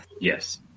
Yes